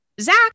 Zach